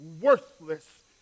worthless